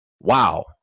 Wow